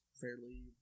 fairly